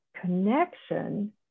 connection